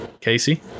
Casey